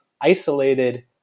isolated